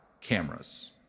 cameras